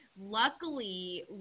Luckily